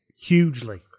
hugely